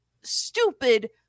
stupid